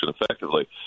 effectively